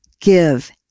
give